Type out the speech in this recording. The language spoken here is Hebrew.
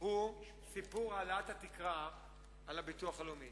הוא סיפור העלאת התקרה על הביטוח הלאומי.